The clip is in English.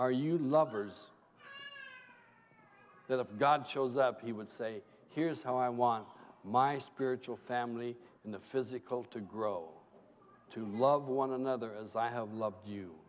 you lovers that if god shows up he would say here's how i want my spiritual family in the physical to grow to love one another as i have loved you